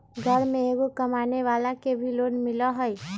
घर में एगो कमानेवाला के भी लोन मिलहई?